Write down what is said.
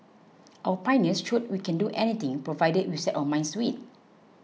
our pioneers showed we can do anything provided we set our minds to it